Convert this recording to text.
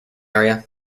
area